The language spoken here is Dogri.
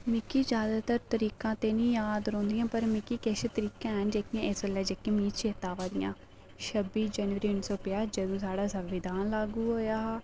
मिगी जादैतर तरीकां निं याद रौहंदियां पर मिगी किश हैन जेह्कियां मिगी इस बेल्लै याद आवां दियां छब्बी जनवरी उन्नी सौ पंजाह् जदूं साढ़ा संविधान लागू होआ